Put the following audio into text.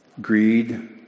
greed